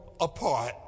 apart